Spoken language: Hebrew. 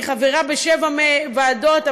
אני חברה בשבע ועדות,